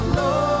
Lord